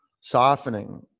Softening